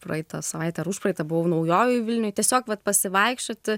praeitą savaitę užpraeitą buvo naujoj vilnioj tiesiog vat pasivaikščioti